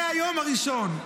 מהיום הראשון.